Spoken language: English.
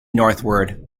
northward